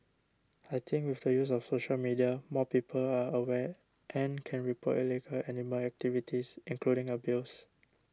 I think with the use of social media more people are aware and can report illegal animal activities including abuse